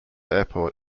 airport